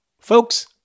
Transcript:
Folks